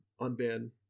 Unban